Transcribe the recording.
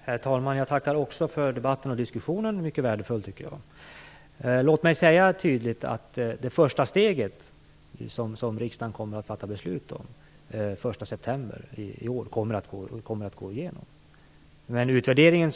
Herr talman! Jag tackar också för debatten och diskussionen, som har varit mycket värdefull. Låt mig tydligt säga att det första steget, som riksdagen kommer att fatta beslut om den 1 september i år, kommer att gå igenom. I den utvärdering